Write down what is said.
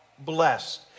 blessed